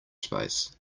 space